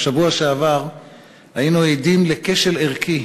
בשבוע שעבר היינו עדים לכשל ערכי